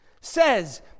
says